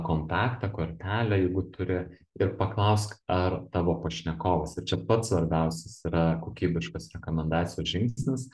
kontaktą kortelę jeigu turi ir paklausk ar tavo pašnekovas ir čia pats svarbiausias yra kokybiškas rekomendacijos žingsnis